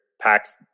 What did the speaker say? packs